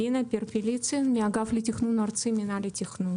שמי זינה פרפליצין מהאגף לתכנון הארצי מנהל התכנון.